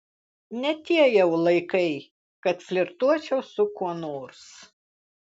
ne tie jau laikai kad flirtuočiau su kuo nors